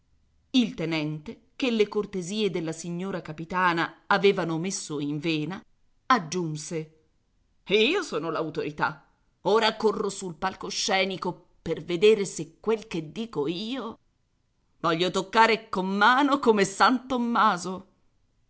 il tenente che le cortesie della signora capitana avevano messo in vena aggiunse io sono l'autorità ora corro sul palcoscenico per vedere s'è quel che dico io voglio toccare con mano come san tommaso